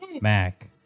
Mac